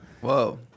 Whoa